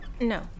No